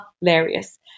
hilarious